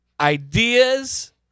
Ideas